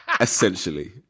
Essentially